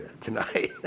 tonight